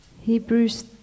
Hebrews